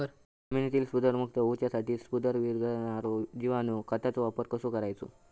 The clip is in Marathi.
जमिनीतील स्फुदरमुक्त होऊसाठीक स्फुदर वीरघळनारो जिवाणू खताचो वापर कसो करायचो?